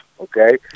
Okay